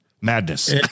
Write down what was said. Madness